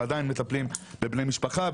ועדיין מטפלים בבני משפחה.